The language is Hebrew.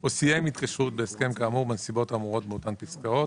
או סיים התקשרות בהסכם כאמור בנסיבות האמורות באותן פסקאות.